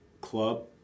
club